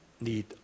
need